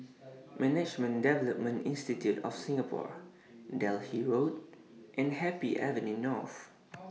Management Development Institute of Singapore Delhi Road and Happy Avenue North